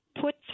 put